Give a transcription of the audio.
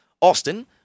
Austin